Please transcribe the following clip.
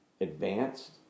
advanced